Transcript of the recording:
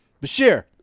Bashir